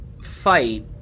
fight